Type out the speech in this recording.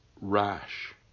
rash